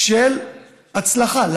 של הצלחה.